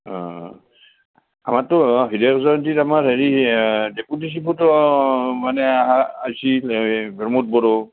অঁ অঁ আমাৰতো অঁ হীৰক জয়ন্তীত আমাৰ হেৰি অঁ ডিপুটি চিপুটি অঁ মানে আছিল এই বিমোদ বড়ো